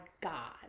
God